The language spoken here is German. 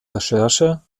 recherche